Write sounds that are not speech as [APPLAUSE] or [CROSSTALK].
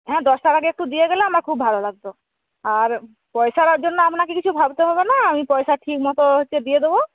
হ্যাঁ দশটার আগে একটু দিয়ে গেলে আমার খুব ভালো লাগতো আর পয়সার [UNINTELLIGIBLE] জন্য আপনাকে কিছু ভাবতে হবে না আমি পয়সা ঠিকমতো হচ্ছে দিয়ে দেব